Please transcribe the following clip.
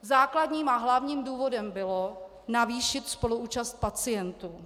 Základním a hlavním důvodem bylo navýšit spoluúčast pacientů.